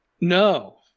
No